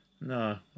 No